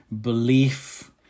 belief